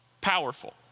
powerful